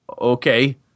Okay